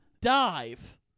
dive